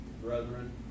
Brethren